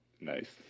Nice